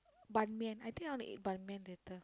ban-mian I think I wanna eat ban-mian later